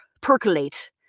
percolate